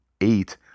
eight